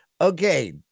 okay